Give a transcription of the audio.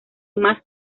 más